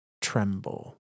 Tremble